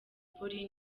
polly